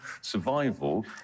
survival